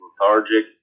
lethargic